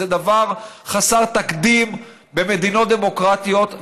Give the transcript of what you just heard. זה דבר חסר תקדים במדינות דמוקרטיות,